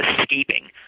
escaping